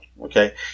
okay